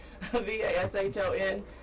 V-A-S-H-O-N